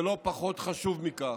ולא פחות חשוב מכך,